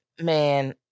man